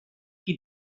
qui